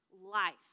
life